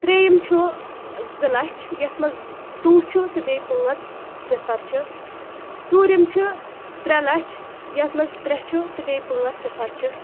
ترٛیٚیِم چھُ زٕ لَچھ یَتھ منٛز ٹوٗ چھُ تہٕ بیٚیہِ پٲنٛژ صِفر چھِ ژوٗرِم چھِ ترٛےٚ لَچھ یَتھ منٛز ترٛےٚ چھُ تہٕ بیٚیہِ پٲنٛژ صِفر چھُ